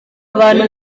abantu